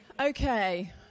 Okay